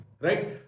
Right